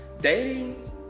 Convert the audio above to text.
Dating